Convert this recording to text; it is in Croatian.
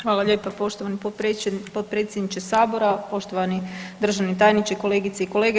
Hvala lijepo poštovani potpredsjedniče sabora, poštovani državni tajniče, kolegice i kolege.